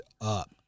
up